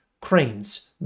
Cranes